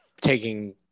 taking